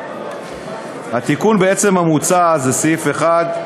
התיקון המוצע זה סעיף אחד,